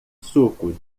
suco